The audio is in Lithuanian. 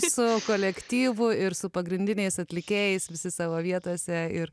su kolektyvu ir su pagrindiniais atlikėjais visi savo vietose ir